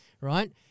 right